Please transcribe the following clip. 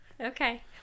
Okay